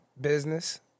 business